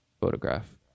photograph